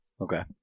Okay